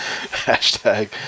Hashtag